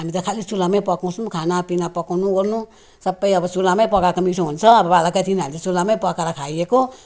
हामी त खाली चुल्हामै पकाउँछु खानापिना पकाउनु ओर्नु सबै अब चुल्हामै पकाएको मिठो हुन्छ अब बालकैदेखि हामीले चुल्हामै पकाएर खाएको